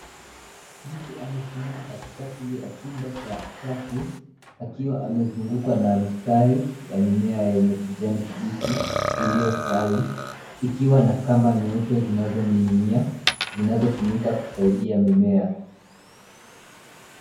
Mtu amesimama katikati ya chumba chafu, akiwa amezungukwa na mtari ya mimea yenye kijani kibichi iliyostawi, ikiwa na kamba nyeupe zinazoning'inia, zinazotumika kusaidia mimea.